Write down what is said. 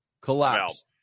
Collapsed